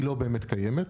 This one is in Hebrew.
היא לא באמת קיימת,